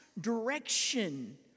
Direction